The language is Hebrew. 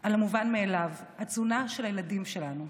על המובן מאליו, התזונה של הילדים שלנו.